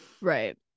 right